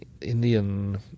Indian